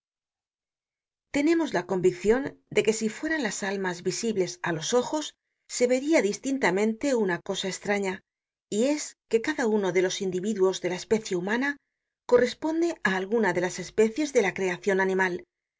tenemos la conviccion de que si fueran las almas visibles á los ojos se veria distintamente una cosa estraña y es que cada uno de los individuos de la especie humana corresponde á alguna de las especies de la creacion animal